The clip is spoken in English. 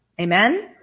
Amen